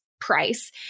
price